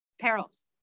perils